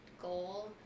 goal